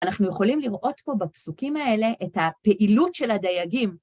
אנחנו יכולים לראות פה בפסוקים האלה את הפעילות של הדייגים.